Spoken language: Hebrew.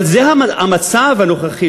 אבל זה המצב הנוכחי,